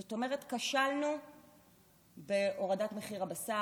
זאת אומרת, כשלנו בהורדת מחיר הבשר.